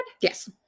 Yes